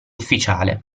ufficiale